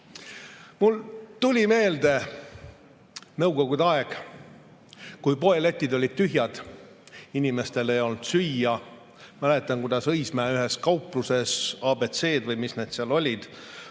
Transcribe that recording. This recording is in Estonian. Mulle tuli meelde nõukogude aeg, kui poeletid olid tühjad, inimestel ei olnud süüa. Mäletan, kuidas Õismäe ühes kaupluses – ABC‑d või mis need seal olid